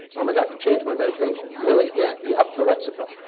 um doctor changed my medication. really? yeah, he upped the lexapro. oh,